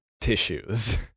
tissues